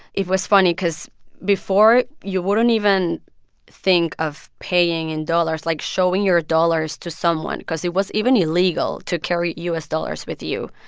it was funny because before, you wouldn't even think of paying in dollars like, showing your dollars to someone because it was even illegal to carry u s. dollars with you.